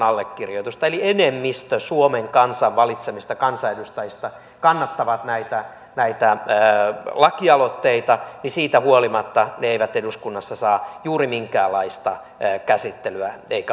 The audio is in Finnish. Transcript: eli enemmistö suomen kansan valitsemista kansanedustajista kannattaa näitä lakialoitteita mutta siitä huolimatta ne eivät eduskunnassa saa juuri minkäänlaista käsittelyä eivätkä arvoa